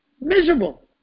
miserable